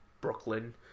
Brooklyn